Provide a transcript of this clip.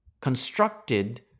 constructed